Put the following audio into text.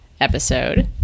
episode